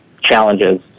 challenges